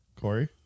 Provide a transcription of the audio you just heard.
Corey